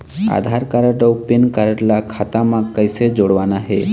आधार card अऊ PAN card ला खाता म कइसे जोड़वाना हे?